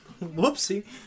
Whoopsie